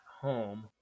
home